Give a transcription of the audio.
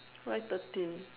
why thirteen